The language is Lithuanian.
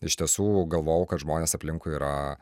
iš tiesų galvojau kad žmonės aplinkui yra